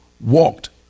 walked